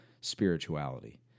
spirituality